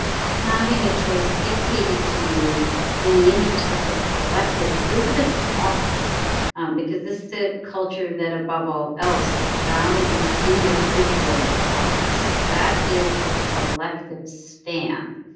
having a choice dictated to you in the interests of the collective feels a bit foreign um because this is a culture that above all else values individual rights. that is the collective stand.